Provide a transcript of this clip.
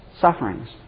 sufferings